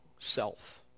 self